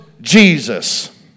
Jesus